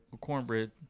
cornbread